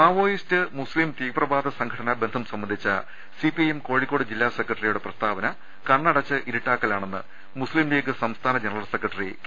Maoist മുസ്തീം തീവ്രവാദ സംഘടനാ ബന്ധം സംബ ന്ധിച്ച സിപിഐഎം കോഴിക്കോട് ജില്ലാ സെക്രട്ടറിയുടെ പ്രസ്താ വന കണ്ണടച്ച് ഇരുട്ടാക്കലാണെന്ന് മുസ്ലീം ലീഗ് സംസ്ഥാന ജനറൽ സെക്രട്ടറി കെ